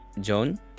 Joan